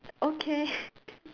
okay